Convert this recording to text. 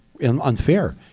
unfair